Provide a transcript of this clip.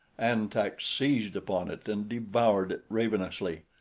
an-tak seized upon it and devoured it ravenously.